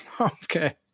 Okay